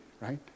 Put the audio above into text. right